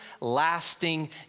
lasting